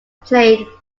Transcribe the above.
played